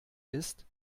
ist